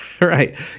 right